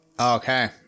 Okay